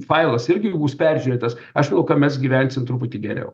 failas irgi bus peržiūrėtas aišku ka mes gyvensim truputį geriau